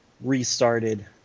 restarted